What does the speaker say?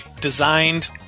designed